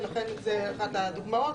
ולכן זו אחת הדוגמאות.